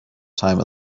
time